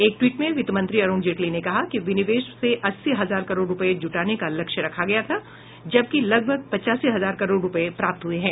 एक ट्वीट में वित्त मंत्री अरूण जेटली ने कहा कि विनिवेश से अस्सी हजार करोड़ रूपये जुटाने का लक्ष्य रखा गया था जबकि लगभग पच्चासी हजार करोड़ रूपये प्राप्त हुए हैं